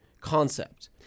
concept